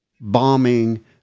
bombing